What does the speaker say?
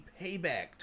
Payback